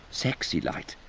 sexy light,